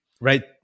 right